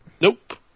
Nope